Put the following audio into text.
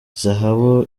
zahabu